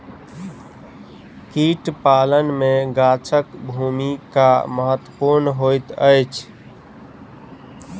कीट पालन मे गाछक भूमिका महत्वपूर्ण होइत अछि